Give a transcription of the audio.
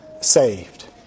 saved